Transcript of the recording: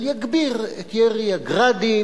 אבל יגביר את ירי ה"גראדים",